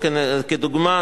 ולדוגמה,